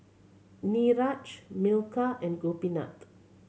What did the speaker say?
Niraj Milkha and Gopinath